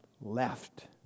left